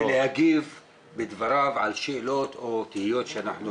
כדי להגיב בדבריו על שאלות או תהיות שאנחנו,